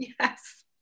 Yes